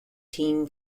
team